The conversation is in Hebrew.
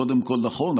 קודם כול נכון,